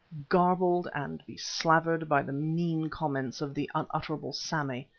garbled and beslavered by the mean comments of the unutterable sammy,